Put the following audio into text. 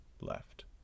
left